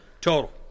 total